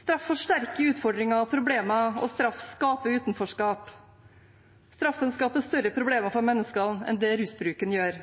Straff forsterker utfordringer og problemer, og straff skaper utenforskap. Straffen skaper større problemer for mennesker enn det rusbruken gjør.